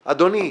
אדוני,